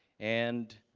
and,